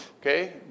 Okay